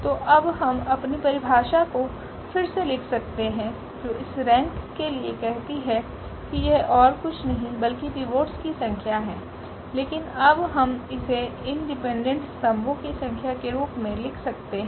तो अब हम अपनी परिभाषा को फिर से लिख सकते हैं जो इस रेंक के लिए कहती है कि यह ओर कुछ नहीं बल्कि पिवोट्स की संख्या हैं लेकिन अब हम इसे इंडिपेंडेंट स्तम्भो की संख्या के रूप में लिख सकते हैं